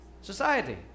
society